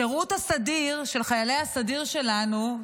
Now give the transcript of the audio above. שירות הסדיר של חיילי הסדיר שלנו,